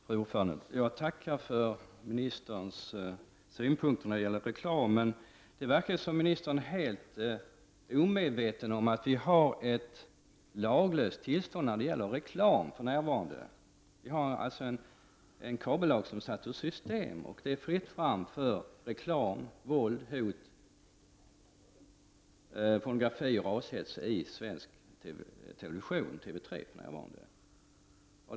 Fru talman! Jag tackar för ministerns synpunkter om reklamen. Det verkar som om ministern är helt omedveten om att det för närvarande är ett laglöst tillstånd när det gäller reklam. Kabellagen är satt ur system, och det är fritt fram för reklam, våld, hot, pornografi och rashets i svensk television, dvs. i TV3.